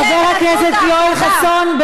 חבר הכנסת יואל חסון.